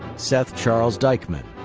seth charles dikeman.